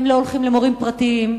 הם לא הולכים למורים פרטיים,